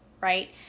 right